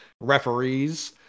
referees